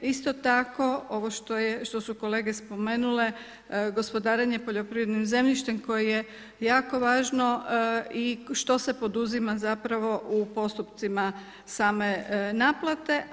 Isto tako ovo što su kolege spomenule, gospodarenje poljoprivrednim zemljištem koje je jako važno i što se poduzima u postupcima same naplate.